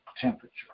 temperature